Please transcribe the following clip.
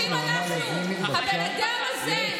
אתם לא יכולים להיגמל מפוליטיקה קטנה חודש וחצי?